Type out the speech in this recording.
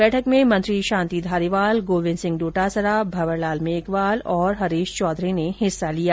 बैठक में मंत्री शांति धारीवाल गोविन्द सिंह डोटासरा भंवर लाल मेघवाल और हरिश चौधरी ने हिस्सा लिया